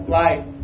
life